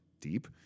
deep